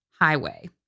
Highway